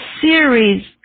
series